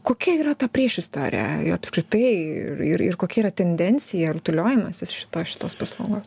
kokia yra ta priešistorė apskritai ir ir ir kokia yra tendencija rutuliojimasis šito šitos paslaugos